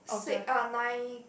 sick eh nine